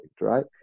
right